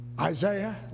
Isaiah